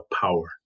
power